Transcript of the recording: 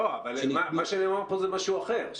לא, אבל מה שנאמר פה זה משהו אחר.